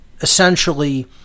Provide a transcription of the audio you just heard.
essentially